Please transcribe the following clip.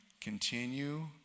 continue